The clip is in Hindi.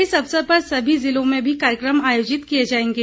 इस अवसर पर सभी जिलों में भी कार्यक्रम आयोजित किये जायेंगे